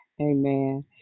Amen